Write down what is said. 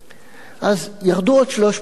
אז ירדו עוד 300. להמשיך?